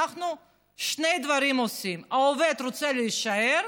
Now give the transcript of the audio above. אנחנו רוצים שני דברים: העובד רוצה להישאר,